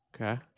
Okay